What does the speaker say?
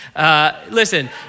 Listen